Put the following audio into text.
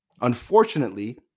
Unfortunately